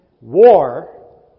War